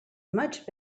much